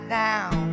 down